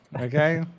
Okay